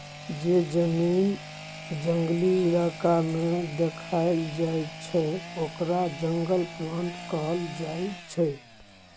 जे जमीन जंगली इलाका में देखाएल जाइ छइ ओकरा जंगल प्लॉट कहल जाइ छइ